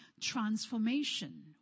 transformation